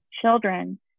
children